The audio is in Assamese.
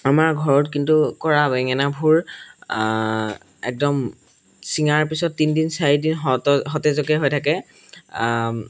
আমাৰ ঘৰত কিন্তু কৰা বেঙেনাবোৰ একদম চিঙাৰ পিছত তিনিদিন চাৰিদিন সতজ সতেজকৈ হৈ থাকে